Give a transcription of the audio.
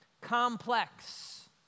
complex